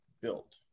built